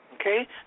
Okay